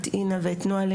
אינה ואת נועה,